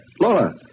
Laura